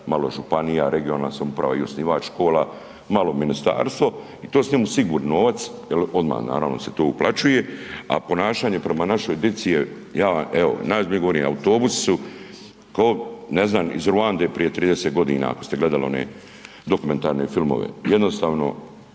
malo županija, regionalna samouprava i osnivač škola, malo ministarstvo i to su njemu sigurni novac jer odmah naravno se to uplaćuje, a ponašanje prema našoj dici, ja evo najozbiljnije govorim, autobusi su ko ne znam iz Ruande prije 30 godina ako ste gledali one dokumentarne filmove. Jednostavno